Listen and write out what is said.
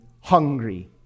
hungry